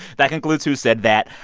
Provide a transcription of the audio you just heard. that concludes who said that?